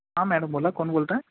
हां मॅडम बोला कोण बोलत आहे